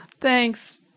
Thanks